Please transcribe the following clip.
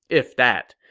if that.